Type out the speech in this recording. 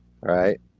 right